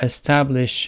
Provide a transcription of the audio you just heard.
establish